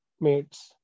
mates